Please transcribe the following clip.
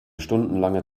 stundenlange